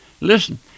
listen